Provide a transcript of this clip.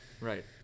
right